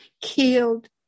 killed